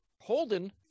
Holden